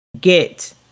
get